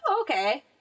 okay